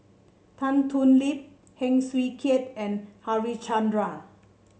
Tan Thoon Lip Heng Swee Keat and Harichandra